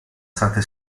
state